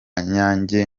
nyange